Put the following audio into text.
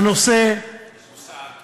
הנושא, מושא עקיף.